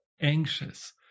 anxious